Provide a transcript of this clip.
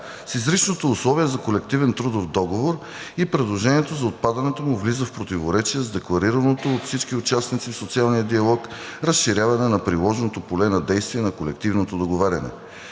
с изричното условие за колективен трудов договор и предложението за отпадането му влиза в противоречие с декларираното от всички участници в социалния диалог разширяване на приложното поле на действие на колективното договаряне.